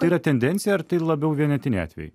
tai yra tendencija ar tai labiau vienetiniai atvejai